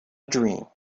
dream